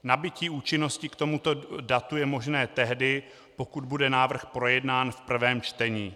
Nabytí účinnosti k tomuto datu je možné tehdy, pokud bude návrh projednán v prvém čtení.